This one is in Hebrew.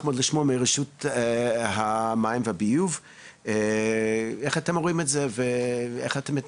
מאוד לשמוע מהרשות הממשלתית למים ולביוב איך אתם רואים את זה